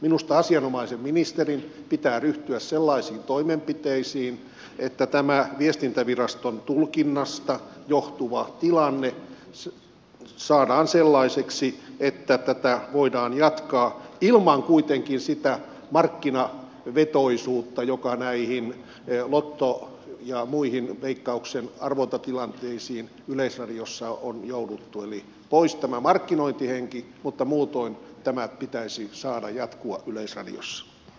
minusta asianomaisen ministerin pitää ryhtyä sellaisiin toimenpiteisiin että tämä viestintäviraston tulkinnasta johtuva tilanne saadaan sellaiseksi että tätä voidaan jatkaa kuitenkin ilman sitä markkinavetoisuutta johon näissä lotto ja muissa veikkauksen arvontatilanteissa yleisradiossa on jouduttu eli pois tämä markkinointihenki mutta muutoin tämän pitäisi saada jatkua yleisradiossa